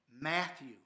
Matthew